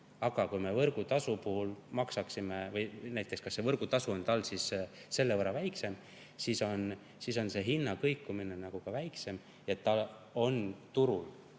Aga kui me võrgutasu puhul maksaksime nii, et võrgutasu on tal siis selle võrra väiksem, siis on hinna kõikumine ka väiksem ja ta on turul